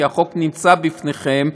כי החוק נמצא בפניכם,